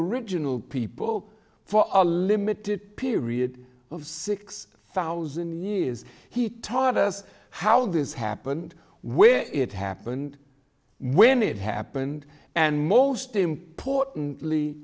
original people for a limited period of six thousand years he taught us how this happened where it happened when it happened and most importantly